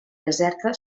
deserta